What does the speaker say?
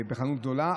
בחנות גדולה),